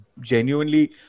genuinely